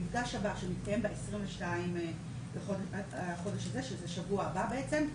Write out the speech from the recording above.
המפגש הבא שמתקיים ב-22 לחודש הזה שזה בשבוע הבא בעצם,